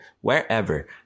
wherever